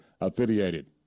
affiliated